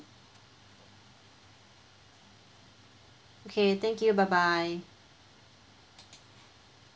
okay thank you bye bye